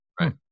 Right